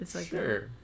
Sure